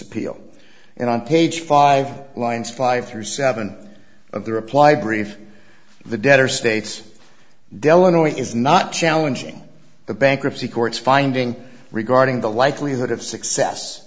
appeal and on page five lines five or seven of the reply brief the debtor states delano is not challenging the bankruptcy courts finding regarding the likelihood of success